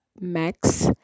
max